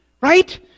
Right